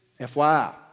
FYI